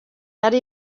yari